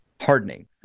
hardening